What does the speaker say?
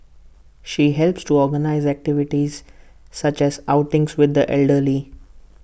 she helps to organise activities such as outings with the elderly